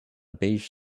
beige